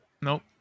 Nope